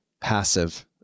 passive